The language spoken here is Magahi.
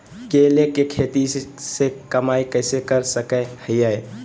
केले के खेती से कमाई कैसे कर सकय हयय?